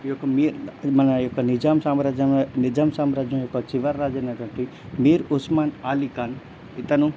ఈ యొక్క మీర్ మన యొక్క నిజాం సామ్రాజ్యంలో నిజాం సామ్రాజ్యం యొక్క చివరి రాజు అయినటువంటి మీర్ ఉస్మాన్ అలీ ఖాన్ ఇతను